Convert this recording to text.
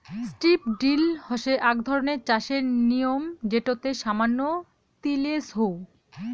strip drill হসে আক ধরণের চাষের নিয়ম যেটোতে সামান্য তিলেজ হউ